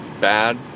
bad